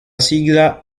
sigla